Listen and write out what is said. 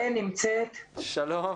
שלום,